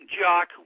jock